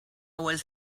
was